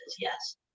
Yes